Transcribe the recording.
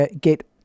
get